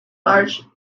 large